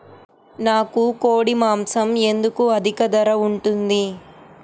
నాకు కోడి మాసం ఎందుకు అధిక ధర ఉంటుంది?